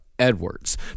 Edwards